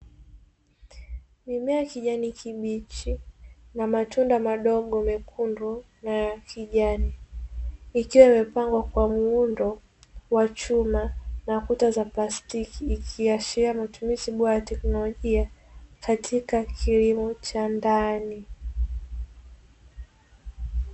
Mimea ya kijani kibichi na matunda madogo mekundu na ya kijani, ikiwa imepangwa kwa muundo wa chuma na kuta za plastiki, ikiashiria matumizi bora ya teknolojia katika kilimo cha ndani.